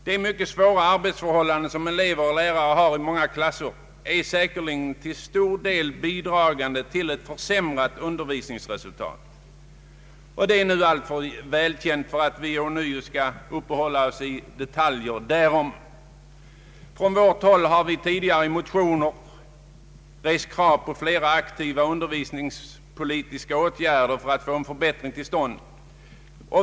De mycket svåra arbetsförhållanden som elever och lärare har i många klasser bidrar säkerligen till stor del till ett försämrat undervisningsresultat. Detta är alltför välkänt för att vi ånyo skall uppehålla oss vid detaljer därom. Från vårt håll har vi tidigare i motioner rest krav på fler aktiva undervisningspolitiska åtgärder för att få en förbättring till stånd.